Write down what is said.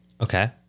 Okay